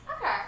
Okay